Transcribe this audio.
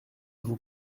vous